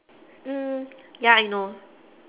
mm ya I know